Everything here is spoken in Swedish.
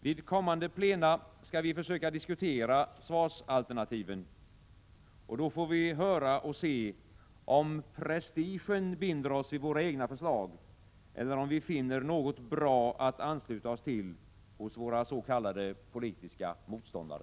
Vid kommande plena skall vi försöka diskutera svarsalternativen, och då får vi höra och se om prestigen binder oss vid våra egna förslag eller om vi finner något bra att ansluta oss till hos våra s.k. politiska motståndare.